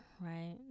right